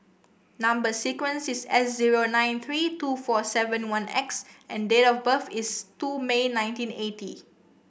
number sequence is S zero nine three two four seven one X and date of birth is two May nineteen eighty